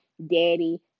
daddy